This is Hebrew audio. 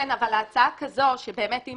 כן, אבל הצעה כזו, שבאמת, אם